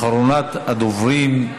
אחרונת הדוברים.